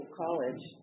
college